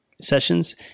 sessions